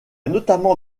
notamment